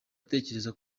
atekereza